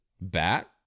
bat